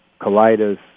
colitis